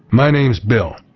my name's bill,